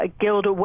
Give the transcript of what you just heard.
guild